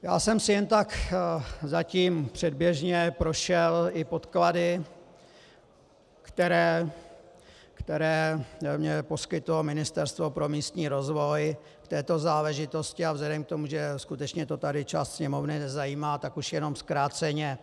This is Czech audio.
Já jsem si jen zatím předběžně prošel i podklady, které mi poskytlo Ministerstvo pro místní rozvoj v této záležitost, a vzhledem k tomu, že skutečně to tady část Sněmovny nezajímá, tak už jenom zkráceně.